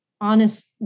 honest